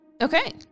Okay